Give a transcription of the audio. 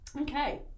Okay